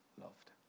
loved